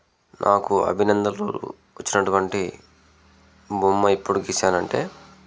నాకు అభినందనలు వచ్చినటువంటి బొమ్మ ఎప్పుడు గీసానంటే